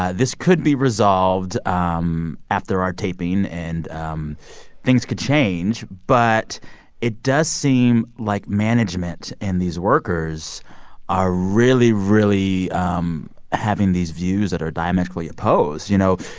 ah this could be resolved um after our taping, and um things could change. but it does seem like management and these workers are really, really um having these views that are diametrically opposed. you know,